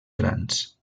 grans